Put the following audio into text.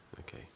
okay